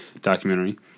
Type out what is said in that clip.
documentary